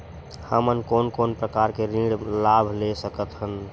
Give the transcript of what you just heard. हमन कोन कोन प्रकार के ऋण लाभ ले सकत हन?